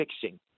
fixing